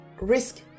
risk